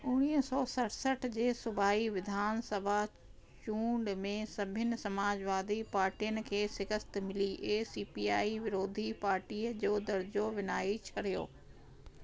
उणिवीह सौ सड़सठि जे सूबाई विधानसभा चूंड में सभिनी समाजवादी पार्टियुनि खे शिकस्त मिली ऐं सी पी आई पार्टीअ जो दर्जो विञाइ छॾियो